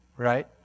right